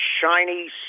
shiny